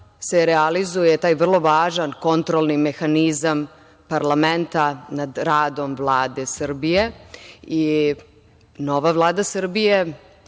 se realizuje taj vrlo važan kontrolni mehanizam parlamenta nad radom Vlade Srbije i nova Vlada Srbije